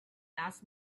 asked